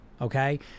Okay